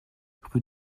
rue